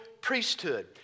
priesthood